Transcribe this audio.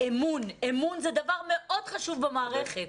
אמון זה דבר מאוד חשוב במערכת.